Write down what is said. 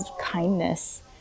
kindness